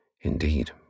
Indeed